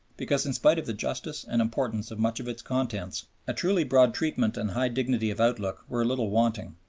because in spite of the justice and importance of much of its contents, a truly broad treatment and high dignify of outlook were a little wanting,